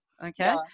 Okay